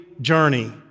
journey